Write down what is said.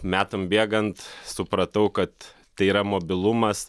metam bėgant supratau kad tai yra mobilumas